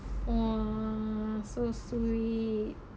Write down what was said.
!wah! so sweet